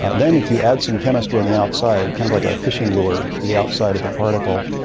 then if you add some chemistry on the outside, kind of like a fishing lure to the outside of the particle,